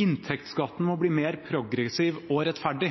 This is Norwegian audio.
Inntektsskatten må bli mer progressiv og rettferdig.